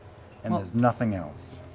and there's nothing else?